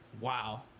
wow